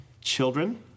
children